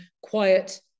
quiet